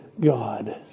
God